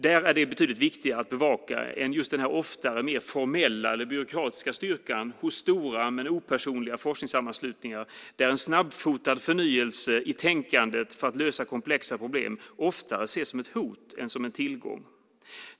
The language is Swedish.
Där är det betydligt viktigare att bevaka den oftare mer formella eller byråkratiska styrkan hos stora men opersonliga forskningssammanslutningar, där en snabbfotad förnyelse i tänkandet för att lösa komplexa problem oftare ses som ett hot än som en tillgång.